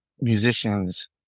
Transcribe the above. musicians